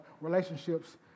relationships